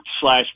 slash